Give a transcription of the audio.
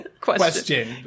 question